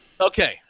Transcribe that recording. Okay